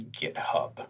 GitHub